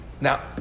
Now